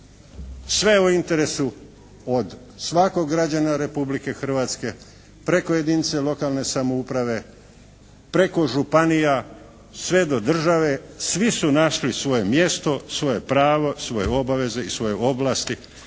sve u interesu od svakog građanina Republike Hrvatske preko jedinice lokalne samouprave, preko županija, sve do države, svi su našli svoje mjesto, svoje pravo, svoje obaveze i svoje ovlasti